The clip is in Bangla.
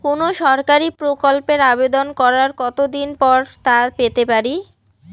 কোনো সরকারি প্রকল্পের আবেদন করার কত দিন পর তা পেতে পারি?